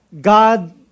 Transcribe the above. god